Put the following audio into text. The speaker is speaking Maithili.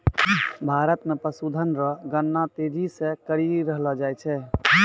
भारत मे पशुधन रो गणना तेजी से करी रहलो जाय छै